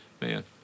man